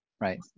right